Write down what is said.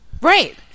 Right